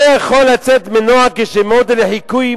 מה יכול לצאת מנוער כשכמודל לחיקויים